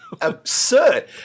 absurd